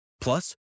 Plus